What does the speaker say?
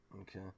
Okay